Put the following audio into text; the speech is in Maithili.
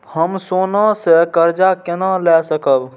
हम सोना से कर्जा केना लाय सकब?